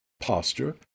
posture